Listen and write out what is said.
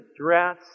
dress